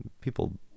People